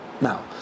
now